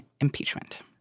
impeachment